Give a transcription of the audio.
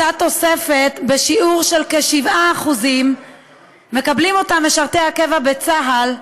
אותה תוספת בשיעור של כ-7% שמקבלים משרתי הקבע בצה"ל,